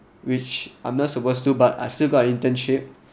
which I'm not supposed to but I still got internship